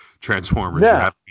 transformers